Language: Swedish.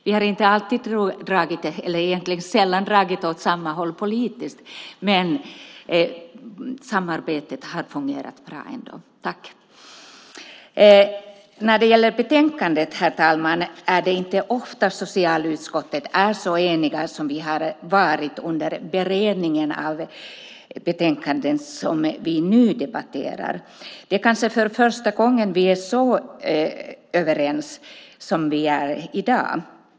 Vi har egentligen sällan dragit åt samma håll politiskt, men samarbetet har fungerat bra ändå. Tack, Lars-Ivar Ericson! När det gäller betänkandet, herr talman, är det inte ofta vi i socialutskottet är så eniga som vi har varit under beredningen av det betänkande som vi nu debatterar. Det är kanske första gången vi är så överens som vi är i dag.